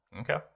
Okay